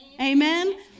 Amen